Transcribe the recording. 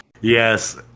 Yes